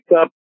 up